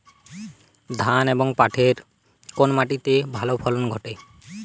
ধান এবং পাটের কোন মাটি তে ভালো ফলন ঘটে?